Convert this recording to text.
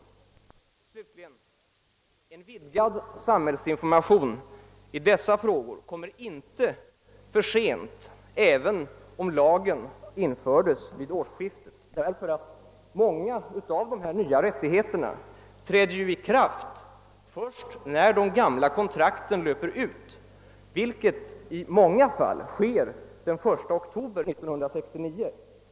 Slutligen: En vidgad samhällsinformation i dessa frågor kommer inte för sent även om lagen infördes vid årsskiftet, därför att många av dessa nya rättigheter träder i kraft först när de gamia kontrakten löper ut, vilket i många fall sker den 1 oktober 1969.